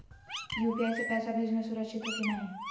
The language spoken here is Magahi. यू.पी.आई स पैसवा भेजना सुरक्षित हो की नाहीं?